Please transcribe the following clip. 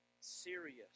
serious